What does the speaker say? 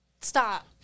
stop